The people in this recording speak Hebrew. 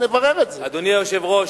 נברר את זה, אדוני היושב-ראש,